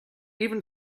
even